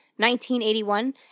1981